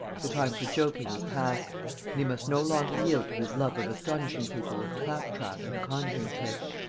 the time for joking was past and he must no longer yield to his love of astonishing people with claptrap and conjuring tricks.